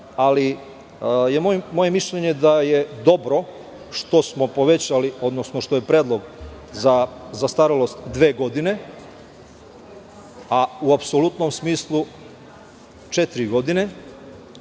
je moje mišljenje da je dobro što smo povećali, odnosno što je predlog za zastarelost dve godine, a u apsolutnom smislu četiri godine,